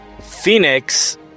Phoenix